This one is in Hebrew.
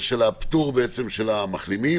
הפטור של המחלימים,